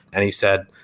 and he said,